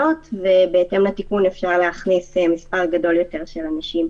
בהתאם לתיקון אפשר להכניס מספר גדול יותר של אנשים,